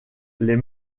les